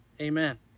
amen